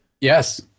Yes